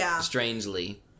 strangely